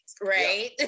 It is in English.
right